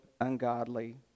ungodly